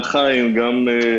גם חיים ביבס,